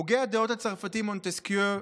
הוגה הדעות הצרפתי מונטסקייה,